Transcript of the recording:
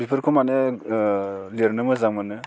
बेफोरखौ माने लिरनो मोजां मोनो